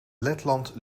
letland